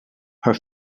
his